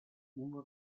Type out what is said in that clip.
uno